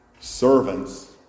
Servants